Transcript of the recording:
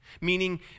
Meaning